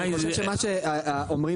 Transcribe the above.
הרבה פעמים